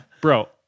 Bro